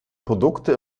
produkte